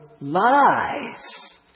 lies